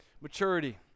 maturity